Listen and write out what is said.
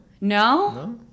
No